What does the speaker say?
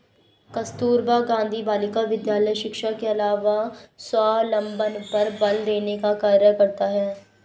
कस्तूरबा गाँधी बालिका विद्यालय शिक्षा के अलावा स्वावलम्बन पर बल देने का कार्य करता है